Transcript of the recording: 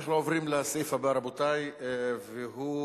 אנחנו עוברים לסעיף הבא, רבותי, והוא